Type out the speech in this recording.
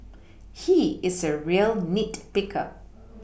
he is a real nit picker